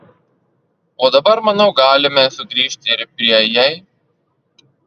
o dabar manau galime sugrįžti ir prie jei